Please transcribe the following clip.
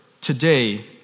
today